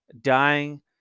dying